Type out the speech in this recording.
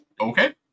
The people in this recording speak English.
Okay